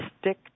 stick